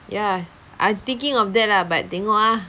ya I'm thinking of that lah but tengok ah